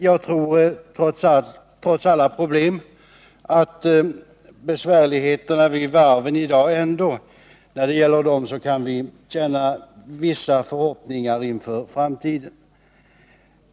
Jag tror dock, trots alla problem, att vi när det gäller svårigheterna vid varven i dag kan hysa vissa förhoppningar inför framtiden.